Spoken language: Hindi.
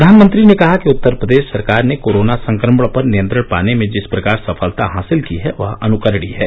प्रधानमंत्री ने कहा कि उत्तर प्रदेश सरकार ने कोरोना संक्रमण पर नियंत्रण पाने में जिस प्रकार सफलता हासिल की है वह अनुकरणीय है